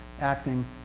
Acting